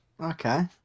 Okay